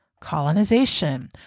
colonization